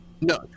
no